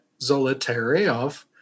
Zolotaryov